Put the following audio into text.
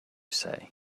say